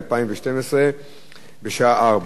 בשעה 16:00. ישיבה זו נעולה.